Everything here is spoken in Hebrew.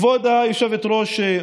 כבוד היושבת-ראש,